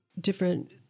different